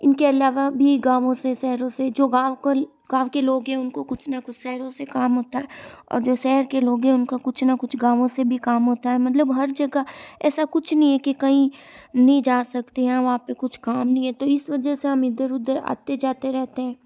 इनके अलावा भी गाँवों से शहरों से जो गाँव कल गाँव के लोग हैं उनको कुछ ना कुछ शहरों से काम होता है और जो शहर के लोग हैं उनका कुछ ना कुछ गाँवों से भी काम होता है मतलब हर जगह ऐसा कुछ नी है कि कहीं नहीं जा सकती है वहाँ पर कुछ काम नहीं है तो इस वजह से हम इधर उधर आते जाते रहते हैं